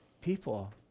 People